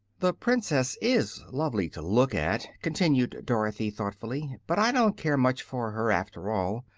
the princess is lovely to look at, continued dorothy, thoughtfully but i don't care much for her, after all.